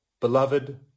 Beloved